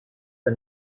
the